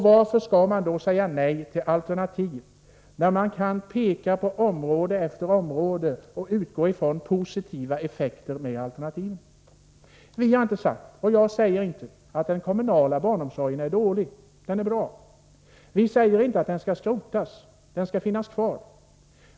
Varför skall man säga nej till alternativ när man på område efter område kan peka på positiva effekter med alternativen? Vi har inte sagt och jag säger inte att den kommunala barnomsorgen är dålig. Den är bra. Vi säger inte att den skall skrotas, den skall finnas kvar.